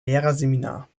lehrerseminar